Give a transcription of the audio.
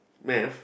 math